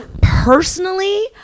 Personally